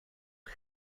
und